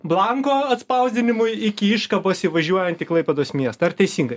blanko atspausdinimui iki iškabos įvažiuojant į klaipėdos miestą ar teisingai